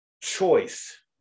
Choice